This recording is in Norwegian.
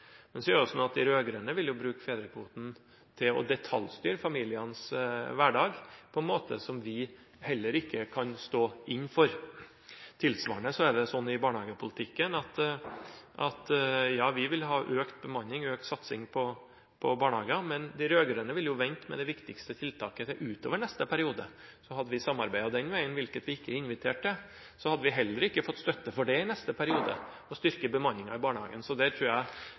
sånn at de rød-grønne vil bruke fedrekvoten til å detaljstyre familienes hverdag på en måte som vi ikke kan stå inne for. Tilsvarende er det sånn i barnehagepolitikken at vi vil ha økt bemanning og økt satsing på barnehagene, men de rød-grønne vil jo vente med det viktigste tiltaket til ut i neste periode. Hadde vi samarbeidet den veien – hvilket vi ikke er invitert til – hadde vi heller ikke fått støtte for å styrke bemanningen i barnehagen i neste periode.